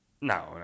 no